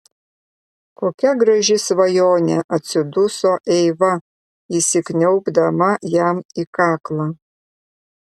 kokia graži svajonė atsiduso eiva įsikniaubdama jam į kaklą